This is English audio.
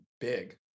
big